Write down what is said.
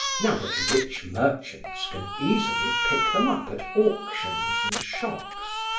now that rich merchants can easily pick them up at auctions and shops.